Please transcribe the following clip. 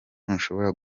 ntushobora